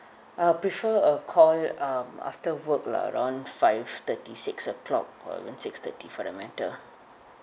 I'll prefer a call um after work lah around five thirty six O clock or even six thirty for the matter